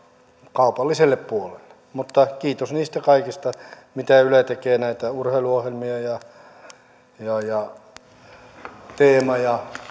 kaupalliselle puolelle mutta kiitos niistä kaikista mitä yle tekee näistä urheiluohjelmista ja teemasta ja